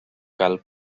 cal